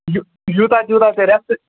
یہِ یوٗتاہ تیوٗتاہ ژٕ رٮ۪سٹ